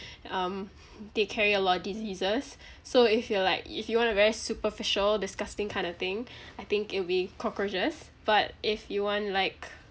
um they carry a lot of diseases so if you're like if you want a very superficial disgusting kind of thing I think it'll be cockroaches but if you want like